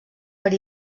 per